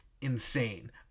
insane